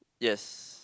yes